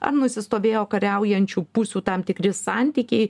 ar nusistovėjo kariaujančių pusių tam tikri santykiai